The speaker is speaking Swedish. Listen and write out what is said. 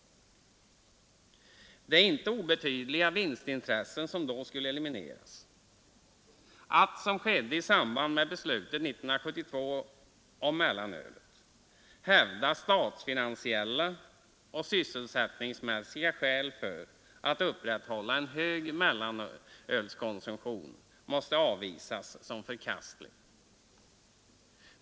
Det är inte obetydliga vinstintressen som då skulle elimineras. Att, som skedde i samband med beslutet 1972 om mellanölet, hävda statsfinansiella och sysselsättningsmässiga skäl för att upprätthålla en hög mellanölskonsumtion måste avvisas som förkastligt.